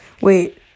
Wait